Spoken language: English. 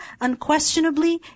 Unquestionably